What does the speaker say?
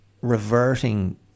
reverting